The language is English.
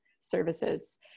services